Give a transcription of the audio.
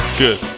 Good